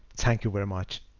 thank you very much.